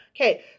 Okay